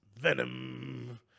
Venom